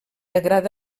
agrada